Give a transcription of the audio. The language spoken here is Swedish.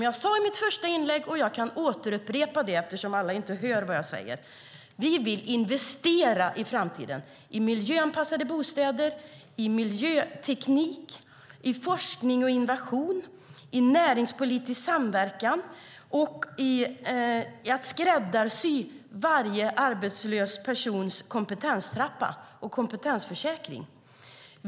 Jag sade i mitt första inlägg, och jag kan upprepa det, eftersom alla inte hör vad jag säger, att vi vill investera i framtiden. Vi vill investera i miljöanpassade bostäder, i miljöteknik, i forskning och innovation, i näringspolitisk samverkan och i att skräddarsy varje arbetslös persons kompetenstrappa och kompetensförsäkring.